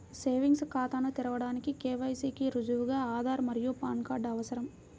savings ఖాతాను తెరవడానికి KYC కి రుజువుగా ఆధార్ మరియు పాన్ కార్డ్ అవసరం